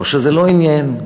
או שזה לא עניין,